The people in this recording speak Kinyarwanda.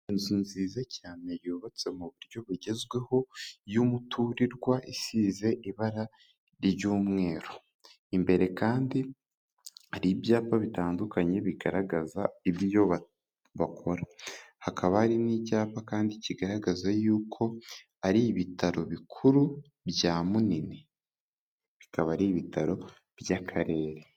Inzu nziza cyane yubatse mu buryo bugezweho y'umuturirwa, isize ibara ry'umweru, imbere kandi hari ibyapa bitandukanye bigaragaza ibyo bakora, hakaba hari n'icyapa kandi kigaragaza yuko ari ibitaro bikuru bya Munini, bikaba ari ibitaro by'Akarere.